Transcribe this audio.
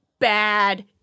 bad